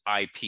IP